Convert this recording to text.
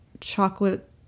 chocolate